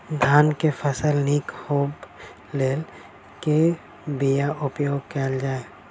धान केँ फसल निक होब लेल केँ बीया उपयोग कैल जाय?